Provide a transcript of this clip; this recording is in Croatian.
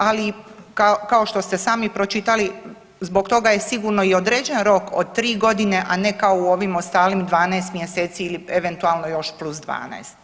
Ali kao što ste sami pročitali zbog toga je sigurno i određen rok od tri godine, a ne kao u ovim ostalim 12 mjeseci ili eventualno još plus 12.